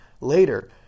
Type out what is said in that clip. later